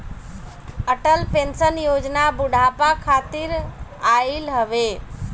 Atal pension Yojana बुढ़ापा खातिर आईल हवे